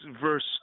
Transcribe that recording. verse